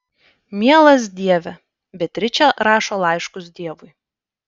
mielas dieve beatričė rašo laiškus dievui